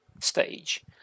stage